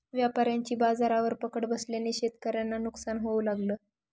व्यापाऱ्यांची बाजारावर पकड बसल्याने शेतकऱ्यांना नुकसान होऊ लागलं